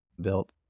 built